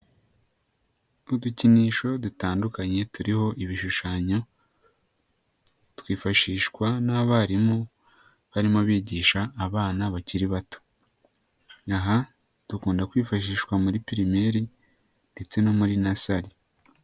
Udukinisho dutandukanye turiho ibishushanyo, twifashishwa n'abarimu barimo bigisha abana bakiri bato, aha dukunda kwifashishwa muri pirimeri ndetse no muri nasari.